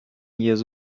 years